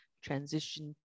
transition